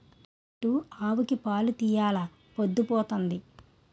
కుడితి ఎట్టు ఆవుకి పాలు తీయెలా పొద్దు పోతంది